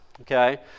okay